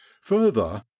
Further